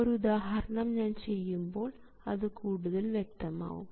ഒരു ഉദാഹരണം ഞാൻ ചെയ്യുമ്പോൾ അത് കൂടുതൽ വ്യക്തമാകും